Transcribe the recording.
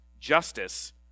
justice